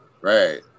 Right